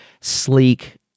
sleek